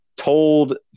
Told